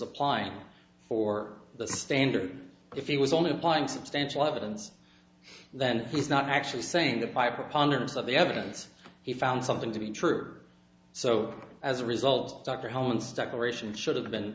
applying for the standard if he was only applying substantial evidence then he's not actually saying that by preponderance of the evidence he found something to be true so as a result dr holland's decoration should have been